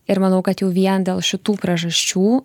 ir manau kad jau vien dėl šitų priežasčių